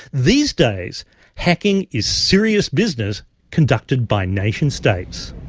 these days hacking is serious business conducted by nation-states.